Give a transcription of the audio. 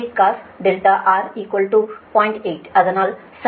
8 அதனால் sin R0